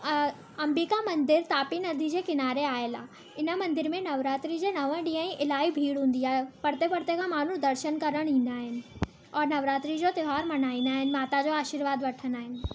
अम्बिका मंदरु तापी नदी जे किनारे आयल आहे हिन मंदर में नवरात्रि जे नव ॾींहं ई इलाही भीड़ हूंदी आहे परते परते खां माण्हू दर्शन करण ईंदा आहिनि और नवरात्रि जो त्योहार मल्हाईंदा आहिनि माता जो आशीर्वाद वठंदा आहिनि